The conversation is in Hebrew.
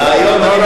לא,